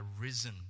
risen